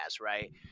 right